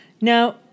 Now